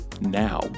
now